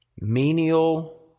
Menial